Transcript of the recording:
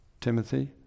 Timothy